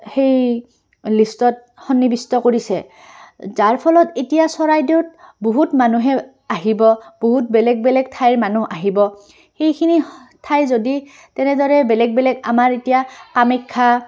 সেই লিষ্টত সন্নিবিষ্ট কৰিছে যাৰ ফলত এতিয়া চৰাইদেউত বহুত মানুহে আহিব বহুত বেলেগ বেলেগ ঠাইৰ মানুহ আহিব সেইখিনি ঠাই যদি তেনেদৰে বেলেগ বেলেগ আমাৰ এতিয়া কামাখ্যা